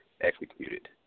executed